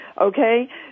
okay